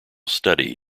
study